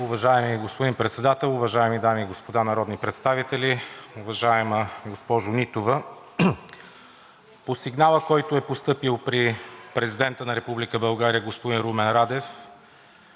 Уважаеми господин Председател, уважаеми дами и господа народни представители, уважаема госпожо Нитова! По сигнала, който е постъпил при президента на Република България – господин Румен Радев,